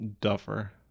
duffer